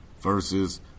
versus